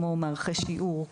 כמו מערכי שיעור,